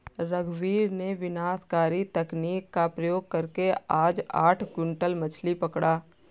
रघुवीर ने विनाशकारी तकनीक का प्रयोग करके आज आठ क्विंटल मछ्ली पकड़ा